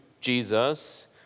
Jesus